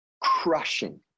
crushing